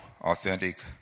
authentic